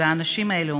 האנשים האלה אומרים,